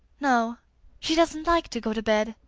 no she doesn't like to go to bed,